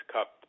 Cup